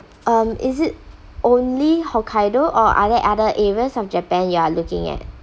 um is it only hokkaido or other other areas of japan you are looking at